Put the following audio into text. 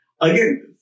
Again